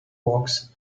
box